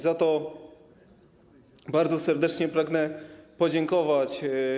Za to bardzo serdecznie pragnę podziękować.